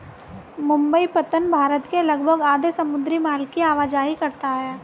मुंबई पत्तन भारत के लगभग आधे समुद्री माल की आवाजाही करता है